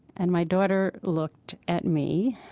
and my daughter looked at me